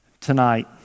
tonight